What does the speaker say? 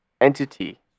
entity